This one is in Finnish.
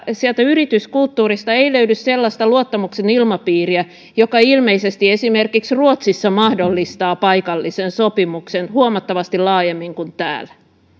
sieltä yrityskulttuurista ei löydy sellaista luottamuksen ilmapiiriä joka ilmeisesti esimerkiksi ruotsissa mahdollistaa paikallisen sopimuksen huomattavasti laajemmin kuin täällä